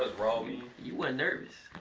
you weren't nervous.